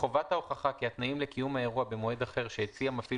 חובת ההוכחה כי התאים לקיום האירוע במועד אחר שהציע מפעיל